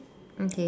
okay